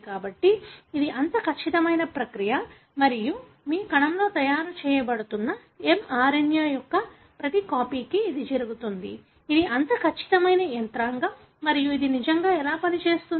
కాబట్టి ఇది అంత ఖచ్చితమైన ప్రక్రియ మరియు మీ కణంలో తయారు చేయబడుతున్న mRNA యొక్క ప్రతి కాపీకి ఇది జరుగుతుంది ఇది అంత ఖచ్చితమైన యంత్రాంగం మరియు ఇది నిజంగా ఎలా పని చేస్తుంది